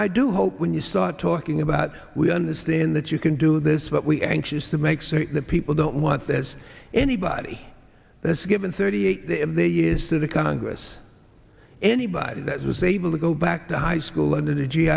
i do hope when you start talking about we understand that you can do this but we anxious to make certain that people don't want there's anybody that's given thirty eight years to the congress anybody that was able to go back to high school under the g